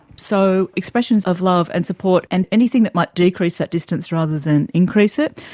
so expressions of love and support and anything that might decrease that distance rather than increase it.